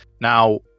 now